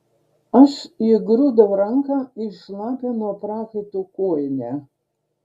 aš įgrūdau ranką į šlapią nuo prakaito kojinę